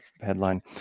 headline